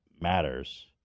matters